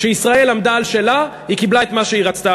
כשישראל עמדה על שלה, היא קיבלה את מה שהיא רצתה.